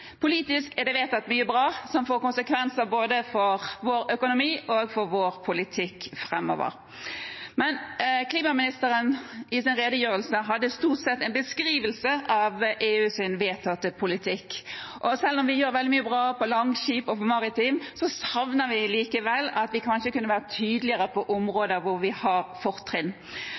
Politisk er det vedtatt mye bra som får konsekvenser både for vår økonomi og for vår politikk framover. Klimaministeren hadde i sin redegjørelse stort sett en beskrivelse av EUs vedtatte politikk, og selv om vi gjør veldig mye bra – på Langskip og på maritim – savner vi likevel at vi kunne være tydeligere på områder hvor vi har fortrinn